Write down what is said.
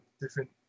different